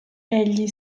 egli